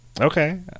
Okay